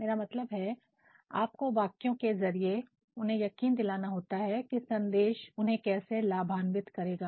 मेरा मतलब है कि आपको वाक्यों के जरिए उन्हें यकीन दिलाना होता है कि संदेश उन्हें कैसे लाभान्वित करेगा